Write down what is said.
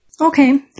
Okay